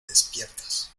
despiertas